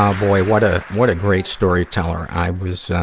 um boy. what a, what a great storyteller. i was, ah,